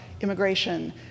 immigration